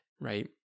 right